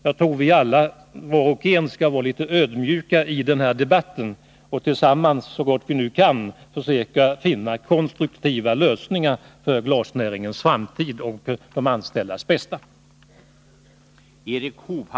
Jag tror att vi alla skall vara litet ödmjuka i denna debatt och så gott vi kan tillsammans försöka finna konstruktiva lösningar för glasnäringens framtid och de anställdas bästa.